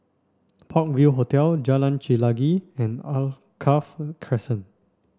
Park View Hotel Jalan Chelagi and Alkaff Crescent